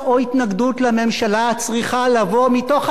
צריכה לבוא מתוך החופש של התקשורת,